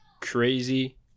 Crazy